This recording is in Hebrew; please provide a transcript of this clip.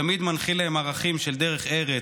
תמיד מנחיל להן ערכים של דרך ארץ,